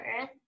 Earth